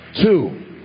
two